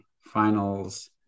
finals